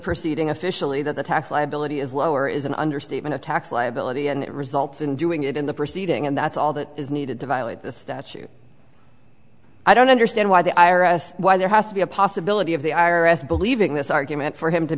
proceeding officially that the tax liability is lower is an understatement a tax liability and it results in doing it in the proceeding and that's all that is needed to violate this statute i don't understand why the i r s why there has to be a possibility of the i r s believing this argument for him to